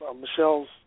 Michelle's